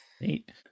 Neat